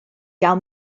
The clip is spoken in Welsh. gael